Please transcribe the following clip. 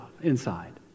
inside